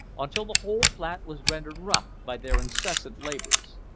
until the whole flat was rendered rough by their incessant labours.